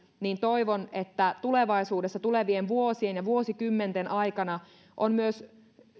toivon että tulevaisuudessa tulevien vuosien ja vuosikymmenten aikana on myös